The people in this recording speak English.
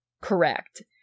correct